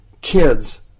Kids